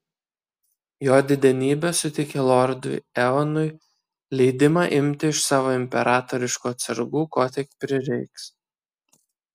jo didenybė suteikė lordui eonui leidimą imti iš savo imperatoriškų atsargų ko tik prireiks